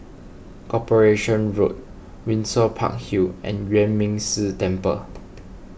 Corporation Road Windsor Park Hill and Yuan Ming Si Temple